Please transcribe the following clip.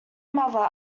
mother